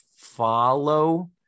follow